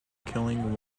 killing